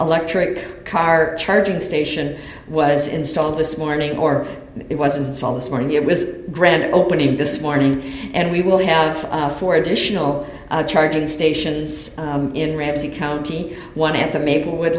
electric car charging station was installed this morning or it was i'm sol this morning it was grand opening this morning and we will have four additional charging stations in ramsey county one at the maple